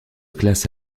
classe